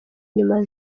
inyuma